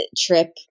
trip